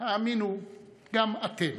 האמינו גם אתם.